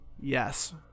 Yes